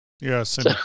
Yes